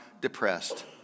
depressed